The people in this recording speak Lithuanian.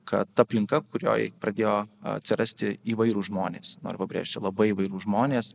kad ta aplinka kurioj pradėjo atsirasti įvairūs žmonės noriu pabrėžti labai įvairūs žmonės